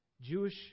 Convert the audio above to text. Jewish